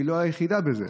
והיא לא היחידה בזה.